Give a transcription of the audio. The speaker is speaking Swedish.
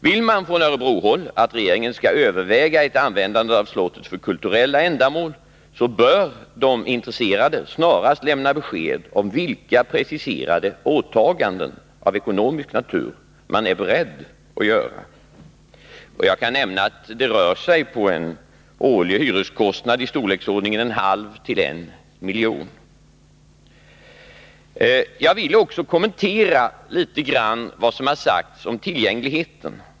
Vill man från Örebrohåll att regeringen skall överväga ett användande av slottet för kulturella ändamål, bör de intresserade snarast lämna besked om vilka preciserade åtaganden av ekonomisk natur man är beredd att göra. Det rör sig om en årlig hyreskostnad i storleksordningen en halv å en miljon kronor. Jag vill också något kommentera vad som har sagts om tillgängligheten.